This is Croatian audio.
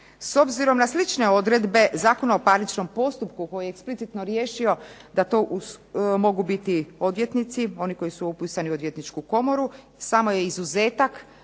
S obzirom na slične odredbe Zakona o parničnom postupku koji je eksplicitno riješio da to mogu biti odvjetnici, oni koji su upisani u odvjetničku komoru, samo je izuzetak